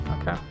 okay